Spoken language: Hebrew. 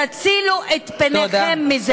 תצילו את בניכם מזה.